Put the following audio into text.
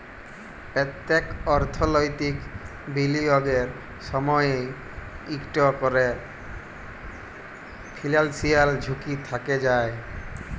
প্যত্তেক অর্থলৈতিক বিলিয়গের সময়ই ইকট ক্যরে ফিলান্সিয়াল ঝুঁকি থ্যাকে যায়